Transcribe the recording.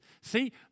see